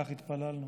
כך התפללנו.